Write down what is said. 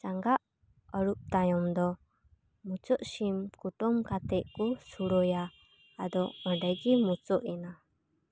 ᱡᱟᱸᱜᱟ ᱟᱹᱨᱩᱵ ᱛᱟᱭᱚᱢ ᱫᱚ ᱢᱩᱪᱟᱹᱫ ᱥᱤᱢ ᱠᱩᱴᱟᱹᱢ ᱠᱟᱛᱮᱜ ᱠᱚ ᱥᱩᱲᱟᱹᱭᱟ ᱟᱫᱚ ᱚᱸᱰᱮ ᱜᱤ ᱢᱩᱪᱟᱹᱫ ᱮᱱᱟ